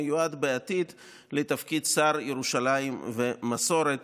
הוא מיועד בעתיד לתפקיד שר ירושלים ומסורת,